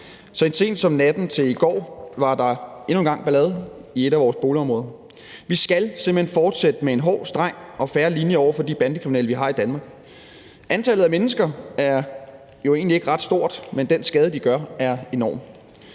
Så sent som natten til i går var der endnu en gang ballade i et af vores boligområder. Vi skal simpelt hen fortsætte med en hård, streng og fair linje over for de bandekriminelle, vi har i Danmark. Antallet af mennesker er jo egentlig ikke ret stort, men den skade, de gør, er enorm.